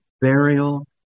burial